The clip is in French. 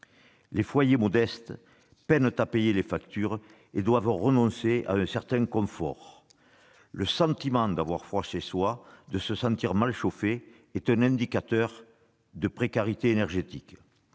Les foyers modestes peinent à payer les factures et doivent renoncer à un certain confort. Le sentiment d'avoir froid chez soi, de se sentir mal chauffé, est un indicateur de précarité énergétique.